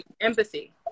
Empathy